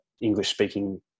English-speaking